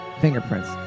fingerprints